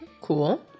Cool